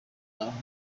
aho